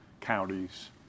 counties